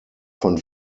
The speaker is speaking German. von